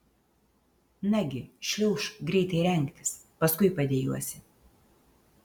nagi šliaužk greitai rengtis paskui padejuosi